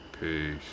Peace